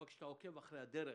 אבל כשאתה עוקב אחר הדרך,